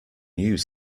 use